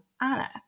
Anna